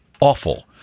awful